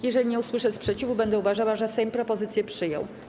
Jeżeli nie usłyszę sprzeciwu, będę uważała, że Sejm propozycję przyjął.